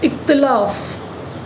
इख़्तिलाफ़ु